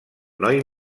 noi